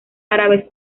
árabes